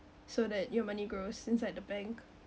so that your money grows inside the bank